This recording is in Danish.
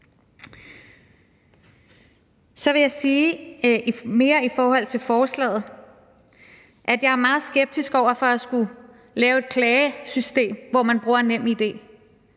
Så vil jeg også sige i forhold til forslaget, at jeg er meget skeptisk over for at skulle lave et klagesystem, hvor man bruger NemID.